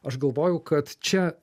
aš galvojau kad čia